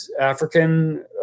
African